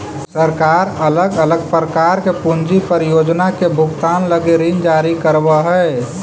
सरकार अलग अलग प्रकार के पूंजी परियोजना के भुगतान लगी ऋण जारी करवऽ हई